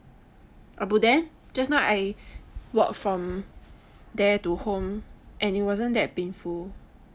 abuden just now I walk from there to home and it wasn't that painful